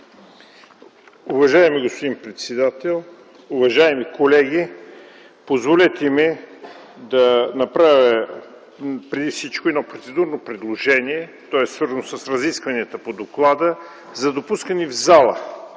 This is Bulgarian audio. Уважаеми господин председател, уважаеми колеги! Позволете ми да направя преди всичко едно процедурно предложение – то е свързано с разискванията по доклада, за допускане в залата